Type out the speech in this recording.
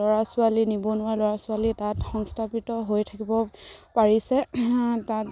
ল'ৰা ছোৱালী নিবনুৱা ল'ৰা ছোৱালী তাত সংস্থাপিত হৈ থাকিব পাৰিছে তাত